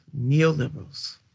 neoliberals